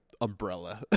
umbrella